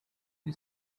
the